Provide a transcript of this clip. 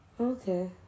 Okay